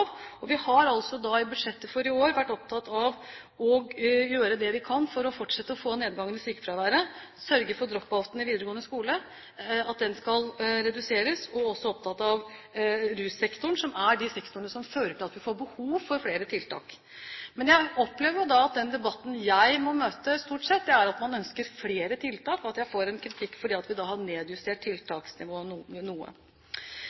og vi har i budsjettet for i år vært opptatt av å gjøre det vi kan for å fortsette å få nedgang i sykefraværet og sørge for at drop-out i videregående skole reduseres, og vi har også vært opptatt av russektoren. Dette er de sektorene som fører til at vi får behov for flere tiltak. Men jeg opplever at den debatten jeg møter, stort sett er at man ønsker flere tiltak, og at jeg får kritikk for at vi har nedjustert tiltaksnivået noe.